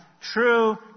true